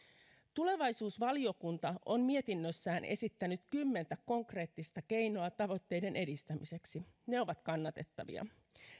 tulevaisuusvaliokunta on mietinnössään esittänyt kymmentä konkreettista keinoa tavoitteiden edistämiseksi ne ovat kannatettavia